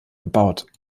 gebaut